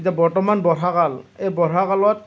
এতিয়া বৰ্তমান বৰ্ষাকাল এই বৰ্ষাকালত